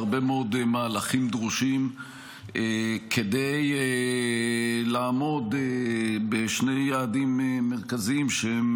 והרבה מאוד מהלכים דרושים כדי לעמוד בשני יעדים מרכזיים שהם